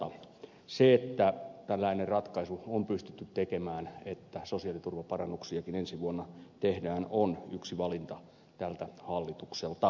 se että tällainen ratkaisu on pystytty tekemään että sosiaaliturvaparannuksiakin ensi vuonna tehdään on yksi valinta tältä hallitukselta